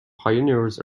pioneers